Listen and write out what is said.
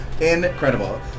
Incredible